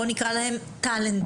נקרא להם טלנטים,